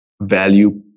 value